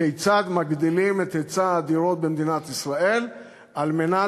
כיצד מגדילים את היצע הדירות במדינת ישראל על מנת